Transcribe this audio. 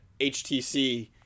HTC